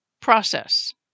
process